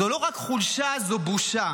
זו לא רק חולשה, זו בושה.